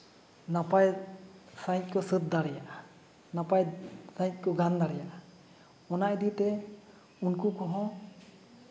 ᱱᱟᱯᱟᱭ ᱥᱟᱺᱦᱤᱡ ᱠᱚ ᱥᱟᱹᱛ ᱫᱟᱲᱮᱭᱟᱜᱼᱟ ᱱᱟᱯᱟᱭ ᱥᱟᱺᱦᱤᱡ ᱠᱚ ᱜᱟᱱ ᱫᱟᱲᱮᱭᱟᱜᱼᱟ ᱚᱱᱟ ᱤᱫᱤᱛᱮ ᱩᱱᱠᱩ ᱠᱚᱦᱚᱸ